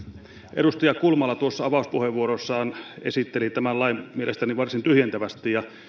edustaja kulmala avauspuheenvuorossaan esitteli tämän lain mielestäni varsin tyhjentävästi ja